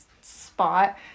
spot